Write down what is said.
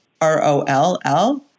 R-O-L-L